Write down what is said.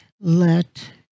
let